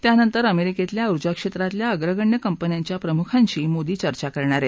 त्यानंतर अमेरिकेतल्या उर्जा क्षेत्रातल्या अग्रगण्य कंपन्यांच्या प्रमुखांशी मोदी चर्चा करणार आहेत